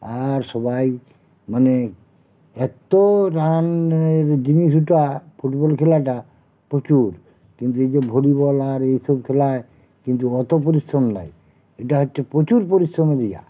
আর সবাই মানে এত্ত রানের জিনিস ওটা ফুটবল খেলাটা প্রচুর কিন্তু এই যে ভলিবল আর এইসব খেলায় কিন্তু অত পরিশ্রম নেই এটা হচ্ছে প্রচুর পরিশ্রমের ইয়ে